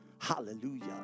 Hallelujah